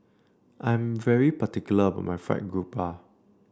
I'm very particular about my Fried Garoupa